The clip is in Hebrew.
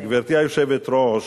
גברתי היושבת-ראש,